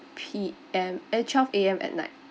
P_M eh twelve A_M at night